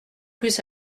plus